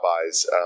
rabbis